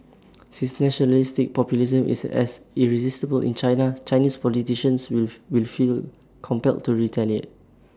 since nationalistic populism is as irresistible in China Chinese politicians will will feel compelled to retaliate